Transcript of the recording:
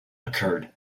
occurred